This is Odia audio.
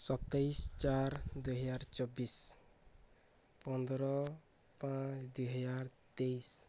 ସତେଇଶି ଚାରି ଦୁଇ ହଜାର ଚବିଶି ପନ୍ଦର ପାଞ୍ଚ ଦୁଇ ହଜାର ତେଇଶି